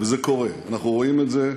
וזה קורה, אנחנו רואים את זה.